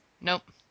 Nope